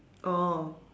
oh